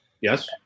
Yes